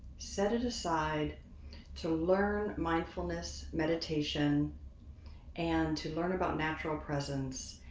set it aside to learn mindfulness meditation and to learn about natural presence.